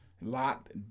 Locked